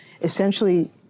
essentially